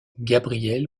gabriel